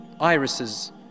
irises